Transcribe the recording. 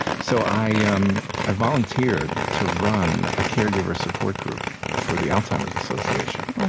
so i ah um i volunteered to run a caregiver support group for the alzheimer's association.